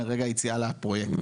מרגע יציאה לפרויקט,